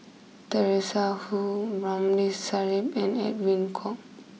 Teresa Hsu Ramli Sarip and Edwin Koek